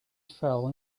fell